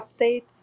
updates